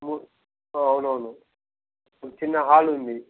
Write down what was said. మూడు అవునవును ఒక చిన్న హాల్ ఉంది